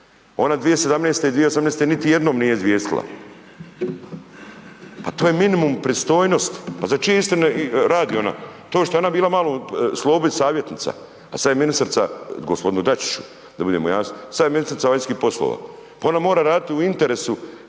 Ona 2017. i 2018. niti jednom nije izvijestila. Pa to je minimum pristojnosti. Pa za čije istine radi ona? To što je ona bila malo Slobin savjetnica, a sad je ministrica g. Dačiću, da budemo jasni. Sad je ministrica vanjskih poslova. Pa ona moram raditi u interesu